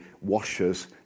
washer's